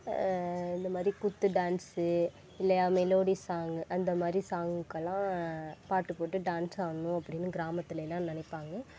இந்த மாதிரி குத்து டேன்ஸு இல்லையா மெலோடி சாங் அந்த மாதிரி சாங்க்குகெல்லாம் பாட்டு போட்டு டேன்ஸ் ஆடணும் அப்படின்னு கிராமத்திலேயெல்லாம் நினைப்பாங்க